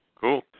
cool